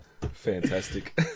fantastic